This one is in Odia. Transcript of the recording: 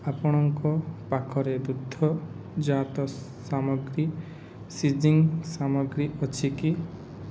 ଆପଣଙ୍କ ପାଖରେ ଦୁଗ୍ଧଜାତ ସାମଗ୍ରୀ ସାମଗ୍ରୀ ଅଛି କି